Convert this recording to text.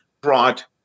brought